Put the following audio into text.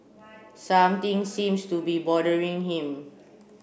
something seems to be bothering him